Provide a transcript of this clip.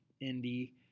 Indy